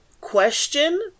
question